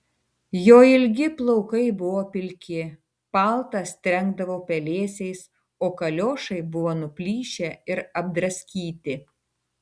jo ilgi plaukai buvo pilki paltas trenkdavo pelėsiais o kaliošai buvo nuplyšę ir apdraskyti